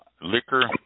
liquor